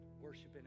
worshiping